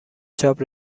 چاپ